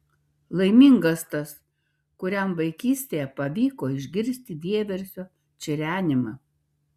laimingas tas kuriam vaikystėje pavyko išgirsti vieversio čirenimą